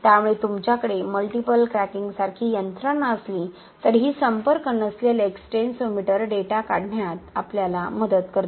त्यामुळे तुमच्याकडे मल्टिपल क्रॅकिंगसारखी यंत्रणा असली तरीही संपर्क नसलेले एक्स्टेन्सोमीटर डेटा काढण्यात आपल्याला मदत करते